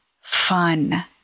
fun